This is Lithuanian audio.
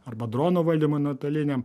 arba dronų valdymui nuotoliniam